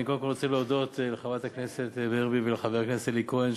אני קודם כול רוצה להודות לחברת הכנסת ורבין ולחבר הכנסת אלי כהן,